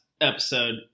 episode